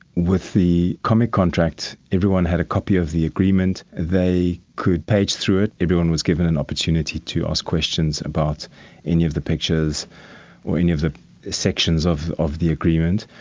with the comic contract, everyone had a copy of the agreement, they could page through it, everyone was given an opportunity to ask questions about any of the pictures or any of the sections of of the agreement.